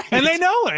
and they know